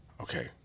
Okay